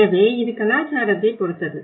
எனவே இது கலாச்சாரத்தைச் பொறுத்தது